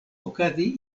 okazi